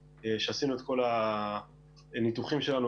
כשעשינו את כל הניתוחים שלנו,